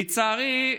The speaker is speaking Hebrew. לצערי,